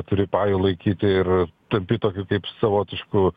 turi pajų laikyti ir tampi tokiu kaip savotišku